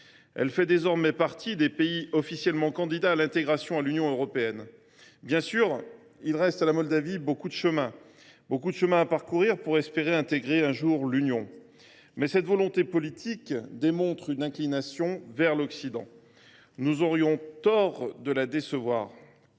Elle fait désormais partie des pays officiellement candidats à l’intégration à l’Union européenne. Bien sûr, il lui reste beaucoup de chemin à parcourir pour espérer intégrer un jour l’Union. Mais cette volonté politique démontre une inclination vers l’Occident. Nous aurions tort de la décevoir.